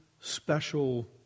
special